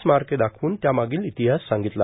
स्मारके दाखवून त्या मागील ईातहास सांगगतला